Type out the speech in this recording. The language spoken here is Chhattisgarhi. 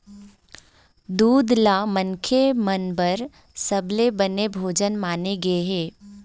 दूद ल मनखे मन बर सबले बने भोजन माने गे हे